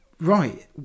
Right